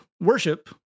worship